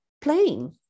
playing